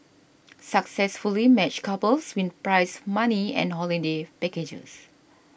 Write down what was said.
successfully matched couples win prize money and holiday packages